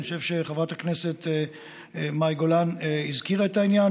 אני חושב שחברת הכנסת מאי גולן הזכירה את העניין,